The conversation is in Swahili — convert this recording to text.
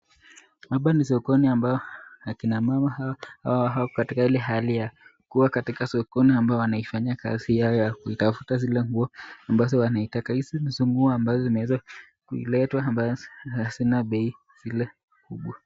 Hapa ni sokoni ambae kina mama hawa, hawa wako katika hali ya kuwa katika sokoni ambae wanaifanya kasi, yao ya kuitafuta zile nfuo, ambayo wasitaka, hizi ni nguo ambazo zimeeza kuiletwa ambazo hazina bei, sile, kubwa.